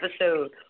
episode